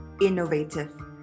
innovative